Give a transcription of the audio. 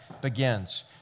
begins